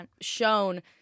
shown